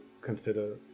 consider